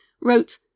wrote